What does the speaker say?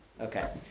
Okay